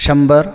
शंभर